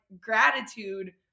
gratitude